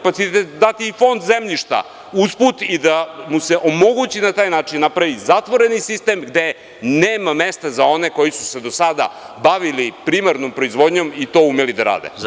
investitoru za preradni kapacitet dati i fond zemljišta usput i da mu se omogući na taj način da napravi zatvoreni sistem gde nema mesta za one koji su se do sada bavili primarnom proizvodnjom i to umeli da rade.